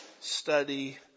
study